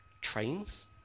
trains